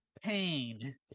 Pain